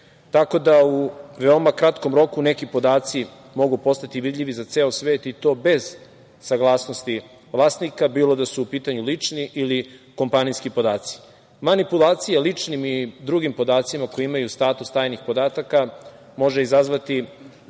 Tako da u veoma kratkom roku neki podaci mogu postati vidljivi za ceo svet i to bez saglasnosti vlasnika, bilo da su u pitanju lični ili kompanijski podaci. Manipulacija ličnim i drugim podacima koji imaju status tajnih podataka može izazvati